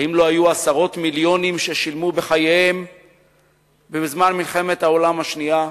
האם לא היו עשרות מיליונים ששילמו בחייהם בזמן מלחמת העולם השנייה?